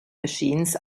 machines